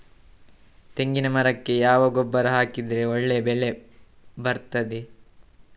ತೆಂಗಿನ ಮರಕ್ಕೆ ಯಾವ ಗೊಬ್ಬರ ಹಾಕಿದ್ರೆ ಒಳ್ಳೆ ಬೆಳೆ ಬರ್ತದೆ?